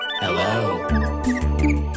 Hello